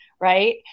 right